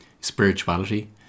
spirituality